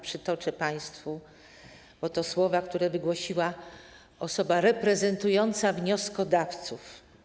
Przytoczę je państwu, bo to słowa, które wygłosiła osoba reprezentująca wnioskodawców.